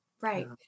Right